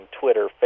Twitter